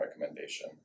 recommendation